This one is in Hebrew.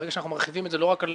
ברגע שאנחנו מרחיבים את זה לא רק על